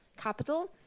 capital